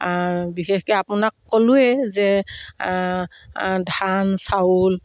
বিশেষকৈ আপোনাক ক'লোৱে যে ধান চাউল